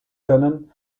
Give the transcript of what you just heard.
können